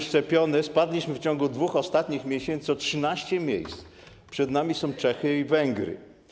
Spadliśmy w ciągu 2 ostatnich miesięcy o 13 miejsc, przed nami są Czechy i Węgry.